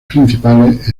principales